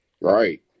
Right